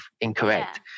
incorrect